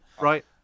right